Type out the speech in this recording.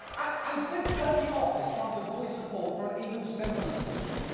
um since taking office, trump has voiced support for an even simpler solution.